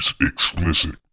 explicit